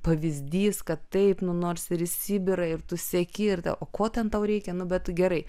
pavyzdys kad taip nu nors ir į sibirą ir tu seki ir o ko ten tau reikia nu bet gerai